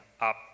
up